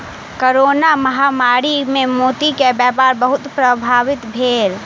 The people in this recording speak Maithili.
कोरोना महामारी मे मोती के व्यापार बहुत प्रभावित भेल